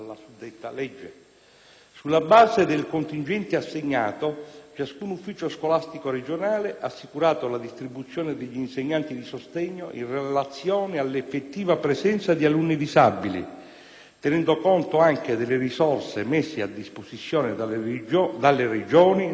Sulla base del contingente assegnato, ciascun ufficio scolastico regionale ha assicurato la distribuzione degli insegnanti di sostegno in relazione all'effettiva presenza di alunni disabili, tenendo conto anche delle risorse messe a disposizione dalle Regioni e dagli Enti locali.